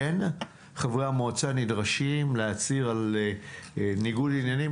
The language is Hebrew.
כן חברי המועצה נדרשים להצהיר על ניגוד עניינים,